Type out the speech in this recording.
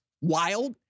wild